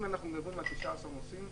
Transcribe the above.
אם אנחנו מדברים על 19 נוסעים,